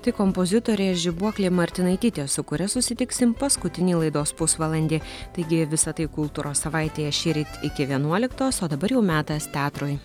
tai kompozitorė žibuoklė martinaitytė su kuria susitiksim paskutinį laidos pusvalandį taigi visa tai kultūros savaitėje šįryt iki vienuoliktos o dabar jau metas teatrui